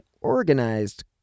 organized